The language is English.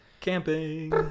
Camping